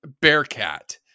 Bearcat